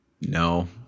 No